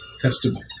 festival